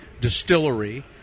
distillery